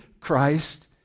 Christ